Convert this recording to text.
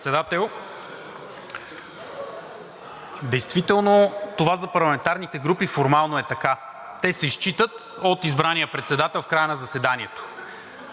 действително това за парламентарните групи формално е така – те се изчитат от избрания председател в края на заседанието